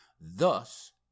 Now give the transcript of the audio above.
thus